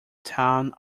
town